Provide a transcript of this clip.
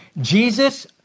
Jesus